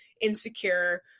insecure